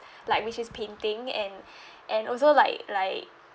like which is painting and and also like like